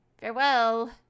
Farewell